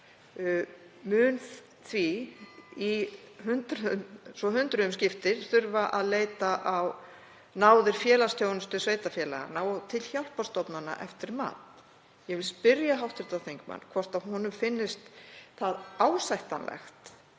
mun því svo hundruðum skiptir þurfa að leita á náðir félagsþjónustu sveitarfélaganna og til hjálparstofnana eftir mat. Ég vil spyrja hv. þingmann hvort honum finnist það ásættanlegt